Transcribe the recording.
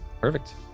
perfect